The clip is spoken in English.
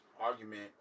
argument